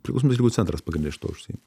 priklausomybės ligų centras pagrinde šituo užsiima